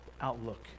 outlook